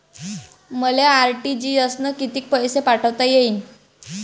मले आर.टी.जी.एस न कितीक पैसे पाठवता येईन?